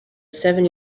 seven